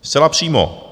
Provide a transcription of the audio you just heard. Zcela přímo.